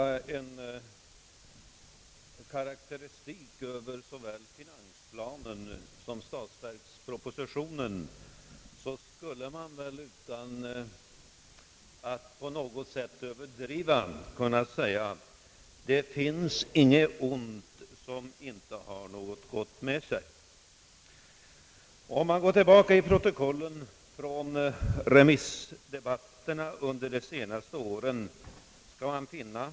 Vi kan ju då få tillfälle att diskutera detta när vi kommer till u-hjälpsfrågorna om någon månad.